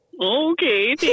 Okay